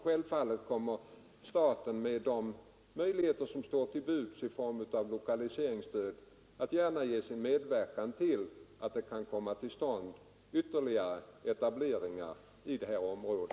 Självfallet kommer staten att med de möjligheter som står till buds i form av lokaliseringsstöd medverka till att det kan komma till stånd ytterligare etableringar i detta område.